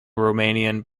romanian